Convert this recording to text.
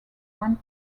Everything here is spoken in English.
one